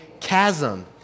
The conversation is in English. chasm